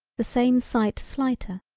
the same sight slighter,